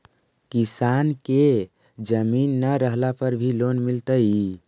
किसान के जमीन न रहला पर भी लोन मिलतइ?